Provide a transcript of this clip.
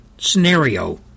scenario